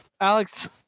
Alex